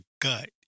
gut